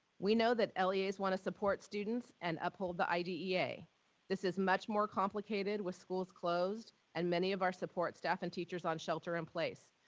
we know that leas want to support students and uphold the idea. this is much more complicated with schools closed and many of our support staff and teachers on shelter in place.